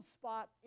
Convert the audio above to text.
spot